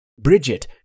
Bridget